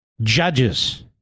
Judges